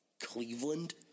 Cleveland